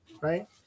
right